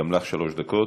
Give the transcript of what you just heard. גם לך שלוש דקות,